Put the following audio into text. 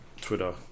Twitter